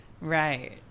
Right